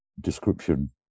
description